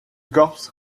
korps